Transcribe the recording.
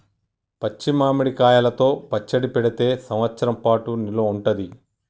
పచ్చి మామిడి కాయలతో పచ్చడి పెడితే సంవత్సరం పాటు నిల్వ ఉంటది